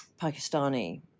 Pakistani